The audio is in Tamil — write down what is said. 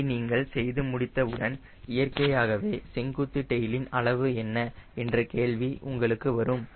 இதை நீங்கள் செய்து முடித்தவுடன் இயற்கையாகவே செங்குத்து டெயிலின் அளவு என்ன என்ற கேள்வி உங்களுக்கு வரும்